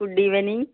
good evening